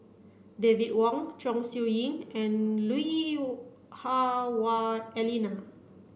David Wong Chong Siew Ying and Lui Hah Wah Elena